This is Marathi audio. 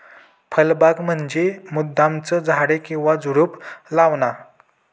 फळबाग म्हंजी मुद्दामचं झाडे किंवा झुडुप लावाना